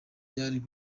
utari